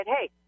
hey